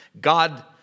God